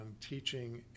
teaching